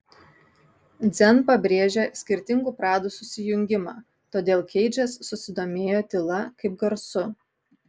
dzen pabrėžia skirtingų pradų susijungimą todėl keidžas susidomėjo tyla kaip garsu